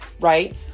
right